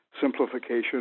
Simplification